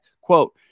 quote